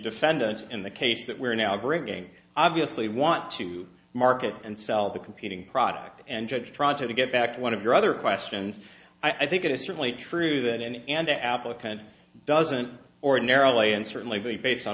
defendant in the case that we're now bringing obviously want to market and sell the competing product and judge try to get back to one of your other questions i think it is certainly true that and the applicant doesn't ordinarily and certainly based on